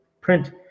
print